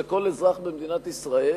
כל אזרח במדינת ישראל,